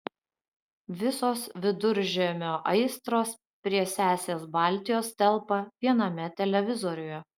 visos viduržemio aistros prie sesės baltijos telpa viename televizoriuje